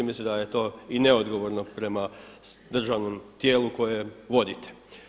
Mislim da je to i neodgovorno prema državnom tijelu koje vodite.